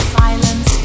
silence